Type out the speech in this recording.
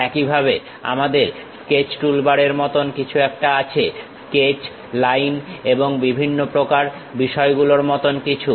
একইভাবে আমাদের sketch toolbar এর মতন কিছু একটা আছে স্কেচ লাইন এবং বিভিন্ন প্রকার বিষয়গুলোর মত কিছু